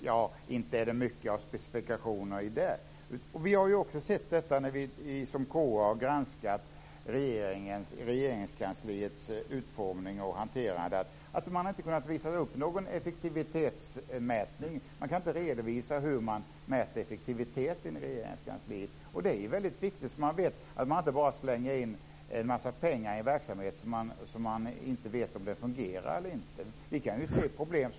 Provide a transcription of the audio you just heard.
Men inte är det mycket till specifikationer där. När vi har granskat Regeringskansliets utformning och hantering har vi också sett att man inte har kunnat visa upp någon effektivitetsmätning. Man kan inte redovisa hur man mäter effektiviteten i Regeringskansliet. Men det är ju väldigt viktigt, så att man vet att det inte bara slängs in en massa pengar i en verksamhet utan att man vet om det fungerar eller inte.